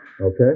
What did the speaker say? Okay